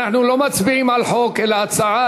אנחנו לא מצביעים על חוק אלא על הצעה